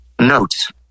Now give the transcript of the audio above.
Notes